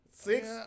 Six